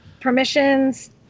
Permissions